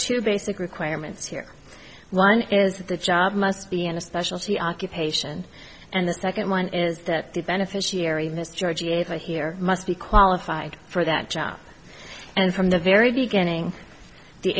two basic requirements here one is that the job must be in a specialty occupation and the second one is that the beneficiary this georgieva here must be qualified for that job and from the very beginning the